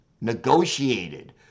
negotiated